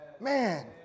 Man